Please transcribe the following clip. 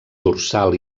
dorsal